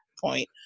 point